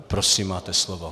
Prosím, máte slovo.